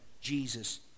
Jesus